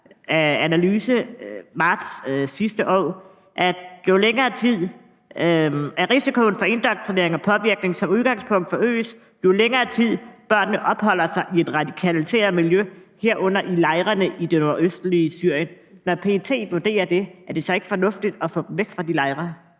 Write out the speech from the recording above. analyse fra marts sidste år, »at risikoen for indoktrinering og påvirkning som udgangspunkt forøges, jo længere tid børnene opholder sig i et radikaliseret miljø, herunder i lejrene i det nordøstlige Syrien«. Når PET vurderer det, er det så ikke fornuftigt at få dem væk fra de lejre?